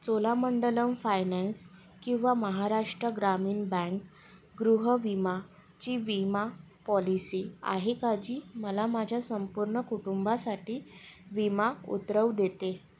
Cholamandalam finance किंवा Maharashtra Gramin bank गृह विमाची विमा पॉलिसी आहे का जी मला माझ्या संपूर्ण कुटुंबासाठी विमा उतरवू देते